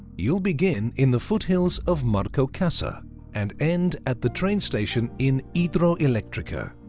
you'll begin in the foothills of marcoccasa and end at the train station in hidroelectrica.